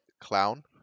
clown